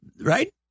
right